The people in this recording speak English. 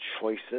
choices